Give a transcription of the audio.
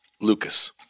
Lucas